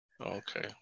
okay